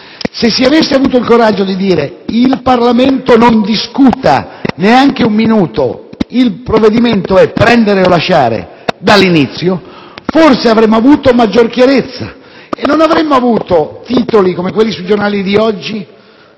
sin dall'inizio il coraggio di dire «il Parlamento non discuta neanche un minuto, il provvedimento è prendere o lasciare», forse avremmo avuto maggiore chiarezza e non avremmo avuto titoli come quelli sui giornali di oggi: